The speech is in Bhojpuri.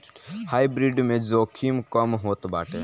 हाइब्रिड में जोखिम कम होत बाटे